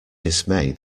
dismay